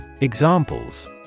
Examples